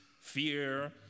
fear